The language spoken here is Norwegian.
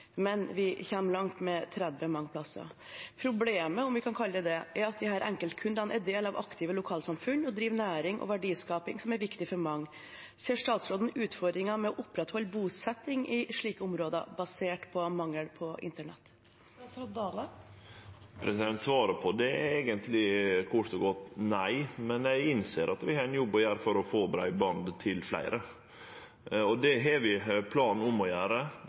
men vi kommer langt med 30 mange steder. Problemet – om vi kan kalle det det – er at disse enkeltkundene er del av aktive lokalsamfunn og driver næring og verdiskaping som er viktig for mange. Ser statsråden utfordringer med å opprettholde bosetting i slike områder, basert på mangel på internett? Svaret på det er eigentleg kort og godt nei, men eg innser at vi har ein jobb å gjere for å få breiband til fleire. Det har vi planar om å